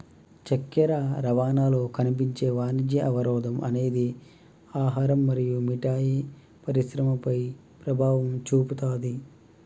చక్కెర రవాణాలో కనిపించే వాణిజ్య అవరోధం అనేది ఆహారం మరియు మిఠాయి పరిశ్రమపై ప్రభావం చూపుతాది